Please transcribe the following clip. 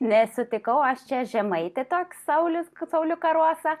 nes sutikau aš čia žemaitį toks saulius saulių karosą